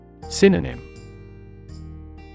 Synonym